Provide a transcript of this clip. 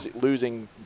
losing